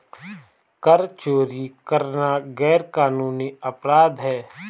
कर चोरी करना गैरकानूनी अपराध है